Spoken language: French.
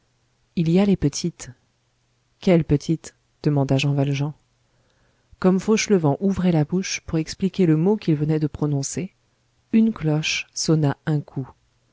il y a les petites quelles petites demanda jean valjean comme fauchelevent ouvrait la bouche pour expliquer le mot qu'il venait de prononcer une cloche sonna un coup